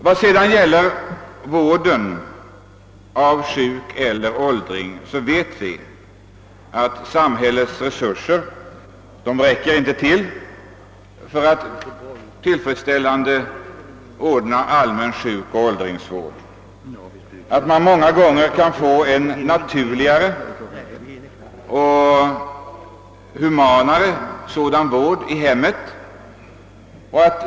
Vad sedan gäller vården av sjuk eller åldrig anhörig vet vi att samhällets resurser inte räcker till för att ordna den vården tillfredsställande genom allmänna inrättningar. Många gånger kan man ordna en mera naturlig och human vård i hemmet.